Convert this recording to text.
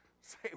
Say